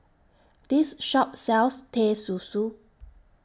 This Shop sells Teh Susu